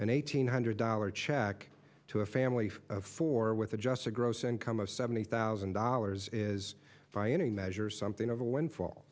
an eight hundred dollars check to a family of four with adjusted gross income of seventy thousand dollars is finding measures something of a windfall